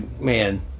man